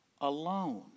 alone